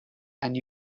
and